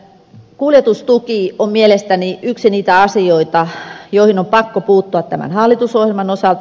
kuljetustuki on mielestäni yksi niitä asioita joihin on pakko puuttua tämän hallitusohjelman osalta